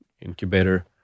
incubator